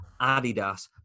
Adidas